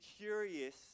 curious